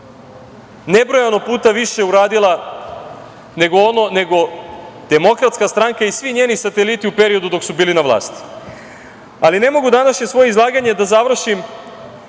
nebrojeno puta više uradila nego Demokratska stranka i svi njeni sateliti u periodu dok su bili na vlasti, ali ne mogu današnje svoje izlaganje da završim,